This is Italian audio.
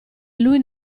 lui